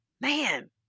man